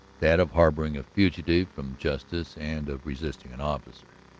that of harboring a fugitive from justice and of resisting an officer.